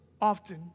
often